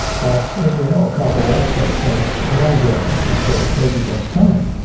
but as we know, carbon dioxide has longer atmospheric residence time,